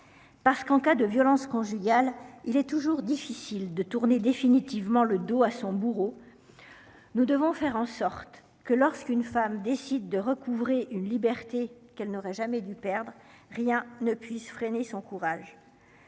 Parce qu'en cas de violences conjugales. Il est toujours difficile de tourner définitivement le dos à son bourreau. Nous devons faire en sorte que lorsqu'une femme décide de recouvrer une liberté qu'elle n'aurait jamais dû perdre. Rien ne puisse freiner son courage.